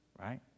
right